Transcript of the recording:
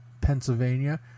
Pennsylvania